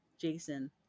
Jason